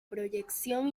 proyección